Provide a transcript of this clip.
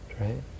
right